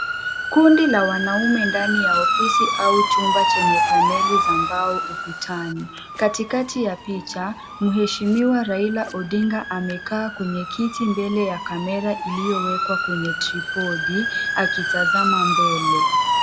Kundi la wanaume ndani ya ofisi au chumba chenye paneli za mbao ukutani. Katikati ya picha mheshimiwa Raila Odinga amekaa kwenye kiti mbele ya kamera iliyowekwa kwenye tripodi akitazama mbele.